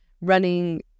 running